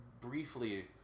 briefly